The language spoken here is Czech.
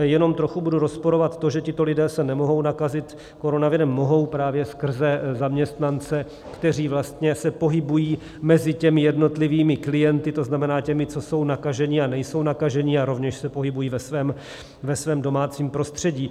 Jenom trochu budu rozporovat to, že tito lidé se nemohou nakazit koronavirem mohou právě skrze zaměstnance, kteří vlastně se pohybují mezi těmi jednotlivými klienty, to znamená těmi, co jsou nakaženi a nejsou nakaženi, a rovněž se pohybují ve svém domácím prostředí.